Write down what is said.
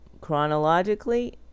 chronologically